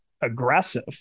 aggressive